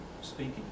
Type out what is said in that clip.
speaking